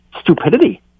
stupidity